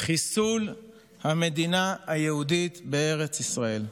חיסול המדינה היהודית בארץ ישראל.